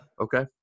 okay